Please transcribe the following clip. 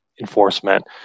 enforcement